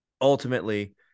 ultimately